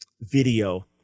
video